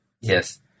Yes